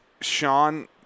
Sean